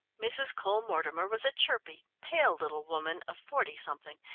mrs. cole-mortimer was a chirpy, pale little woman of forty-something.